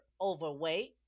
overweight